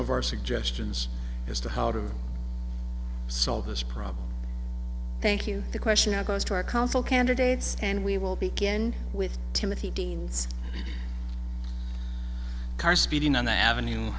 of our suggestions as to how to solve this problem thank you the question i pose to our council candidates and we will begin with timothy dean's car speeding on the avenue